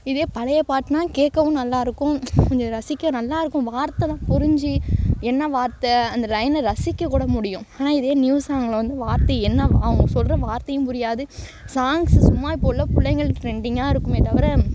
இதே பழையை பாட்டுனா கேட்கவும் நல்லாருக்கும் கொஞ்ச ரசிக்க நல்லாருக்கும் வார்த்தைதான் புரிஞ்சு என்ன வார்த்தை அந்த லயனை ரசிக்கக்கூட முடியும் ஆனால் இதே நியூ சாங்கில் வந்து வார்த்தை என்ன அவங்க சொல்கிற வார்த்தையும் புரியாது சாங்க்ஸ் சும்மா இப்போ உள்ள பிள்ளைங்க ட்ரெண்டிங்காக இருக்கும் தவிர